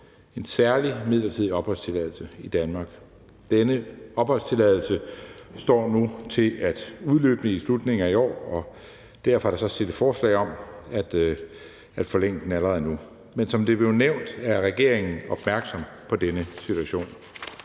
en særlig midlertidig opholdstilladelse i Danmark. Denne opholdstilladelse står nu til at udløbe i slutningen af i år, og derfor er der så fremsat forslag om at forlænge den allerede nu. Men som det er blevet nævnt, er regeringen opmærksom på denne situation.